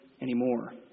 anymore